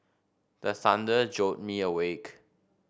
the thunder jolt me awake